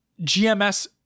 GMS